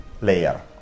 layer